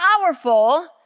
powerful